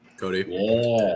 Cody